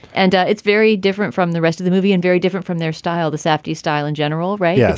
and it's very different from the rest of the movie and very different from their style, the saftey style in general, ray. yeah